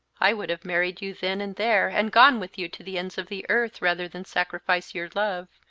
i would have married you then and there and gone with you to the ends of the earth rather than sacrifice your love,